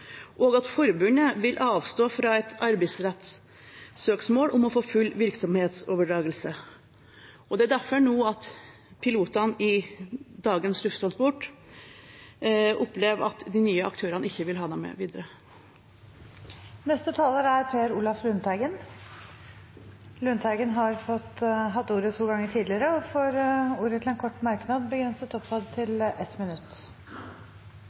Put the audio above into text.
og at forbundet ville avstå fra et arbeidsrettssøksmål om full virksomhetsoverdragelse. Det er derfor pilotene i dagens Lufttransport nå opplever at de nye aktørene ikke vil ha dem med videre. Representanten Per Olaf Lundteigen har hatt ordet to ganger tidligere og får ordet til en kort merknad, begrenset til 1 minutt.